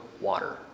water